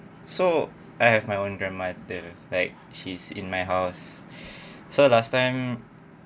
so I have my own grandmother like she's in my house so last time